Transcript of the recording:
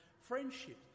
friendship